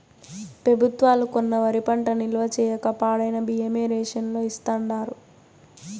పెబుత్వాలు కొన్న వరి పంట నిల్వ చేయక పాడైన బియ్యమే రేషన్ లో ఇస్తాండారు